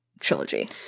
trilogy